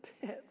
pits